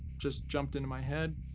just jumped into my head.